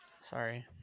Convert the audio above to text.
Sorry